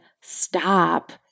stop